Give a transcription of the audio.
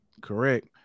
Correct